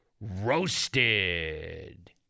ROASTED